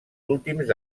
últims